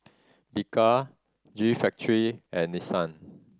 Bika G Factory and Nissan